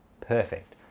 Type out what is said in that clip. perfect